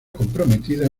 comprometida